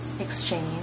Exchange